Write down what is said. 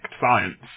science